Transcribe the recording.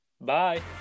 Bye